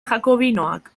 jakobinoak